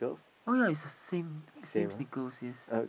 oh ya it's the same same sneakers yes